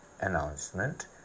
announcement